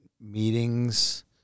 meetings